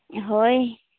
ᱦᱳᱭ